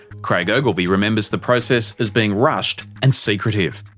craig ogilvie remembers the process as being rushed and secretive.